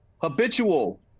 Habitual